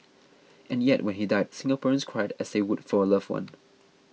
and yet when he died Singaporeans cried as they would for a loved one